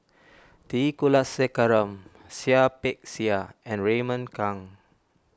T Kulasekaram Seah Peck Seah and Raymond Kang